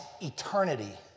eternity